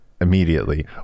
immediately